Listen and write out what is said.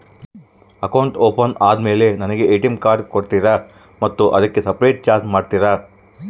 Account open ಆದಮೇಲೆ ನನಗೆ ATM card ಕೊಡ್ತೇರಾ ಮತ್ತು ಅದಕ್ಕೆ ಸಪರೇಟ್ ಚಾರ್ಜ್ ಮಾಡ್ತೇರಾ?